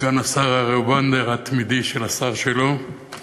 סגן השר הריבאונדר התמידי של השר שלו,